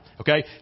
Okay